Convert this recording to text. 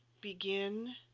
begin